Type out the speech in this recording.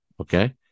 Okay